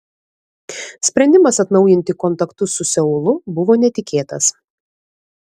sprendimas atnaujinti kontaktus su seulu buvo netikėtas